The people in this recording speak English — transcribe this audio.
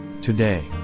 Today